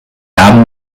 haben